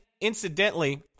incidentally